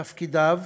תפקידיו,